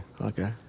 Okay